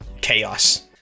chaos